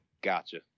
Gotcha